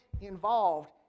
involved